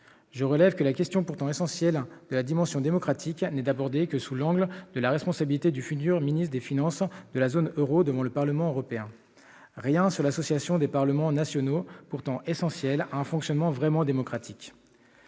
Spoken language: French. Je relève que la question, pourtant essentielle, de la dimension démocratique n'est abordée que sous l'angle de la responsabilité du futur ministre des finances de la zone euro devant le Parlement européen. Rien n'est précisé quant à l'association des parlements nationaux, laquelle est pourtant essentielle à un fonctionnement vraiment démocratique.